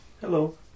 Hello